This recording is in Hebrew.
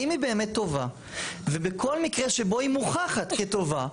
אם היא באמת טובה ובכל מקרה שבו היא מוכחת כטובה,